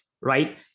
right